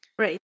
Right